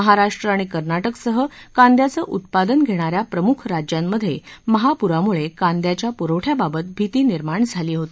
महाराष्ट्र आणि कर्नाटकसह कांद्याचं उत्पादन घेणाऱ्या प्रमुख राज्यांमध्ये महापुरामुळे कांद्याच्या पुरवठ्याबाबत भीती निर्माण झाली होती